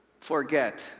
forget